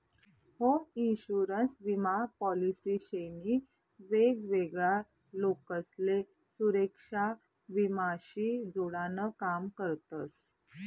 home insurance विमा policy शे नी वेगवेगळा लोकसले सुरेक्षा विमा शी जोडान काम करतस